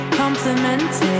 complimented